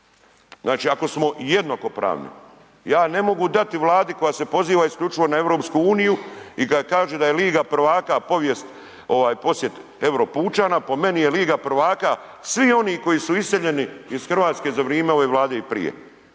Znači ako smo jednakopravni ja ne mogu dati Vladi koja se poziva isključivo na EU i kad kaže da je liga prvaka povijest, posjet Europučana po meni je liga prvaka svih onih koji su iseljeni iz Hrvatske za vrijeme ove Vlade i prije